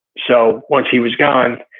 so once he was gone